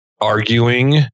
arguing